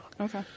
Okay